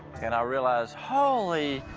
and i realized, holy.